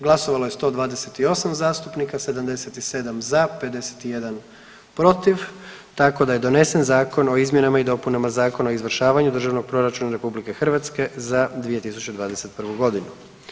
Glasovalo je 128 zastupnika, 77 za, 51 protiv tako da je donesen zakon o izmjenama i dopunama Zakona o izvršavanju državnog proračuna RH za 2021. godinu.